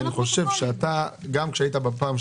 גם בישיבה הקודמת